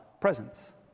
presence